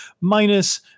minus